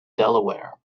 delaware